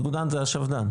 איגודן זה השפדן?